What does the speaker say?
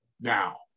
Now